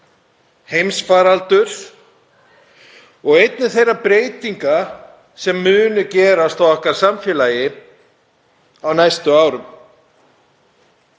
heimsfaraldurs og einnig þeirra breytinga sem munu verða á okkar samfélagi á næstu árum.